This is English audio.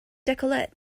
decollete